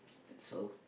so